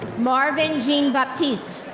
marvin jean-baptiste.